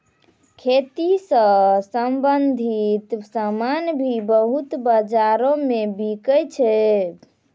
खेती स संबंछित सामान भी वस्तु बाजारो म बिकै छै